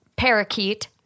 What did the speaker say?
parakeet